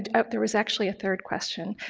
and there was actually a third question,